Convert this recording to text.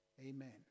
Amen